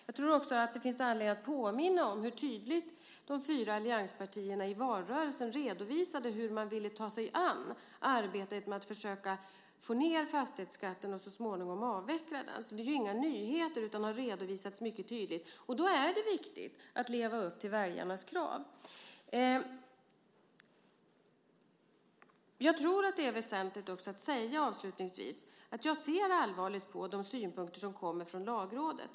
Jag tror också att det finns anledning att påminna om hur tydligt de fyra allianspartierna i valrörelsen redovisade hur de ville ta sig an arbetet med att försöka få ned fastighetsskatten och så småningom avveckla den. Så det är ju inga nyheter, utan detta har redovisats mycket tydligt. Då är det viktigt att leva upp till väljarnas krav. Avslutningsvis tror jag också att det är väsentligt att säga att jag ser allvarligt på de synpunkter som kommer från Lagrådet.